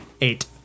Eight